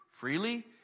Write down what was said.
freely